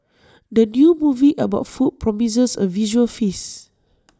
the new movie about food promises A visual feast